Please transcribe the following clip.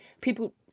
people